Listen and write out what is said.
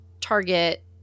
target